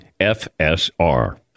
FSR